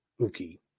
Uki